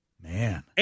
Man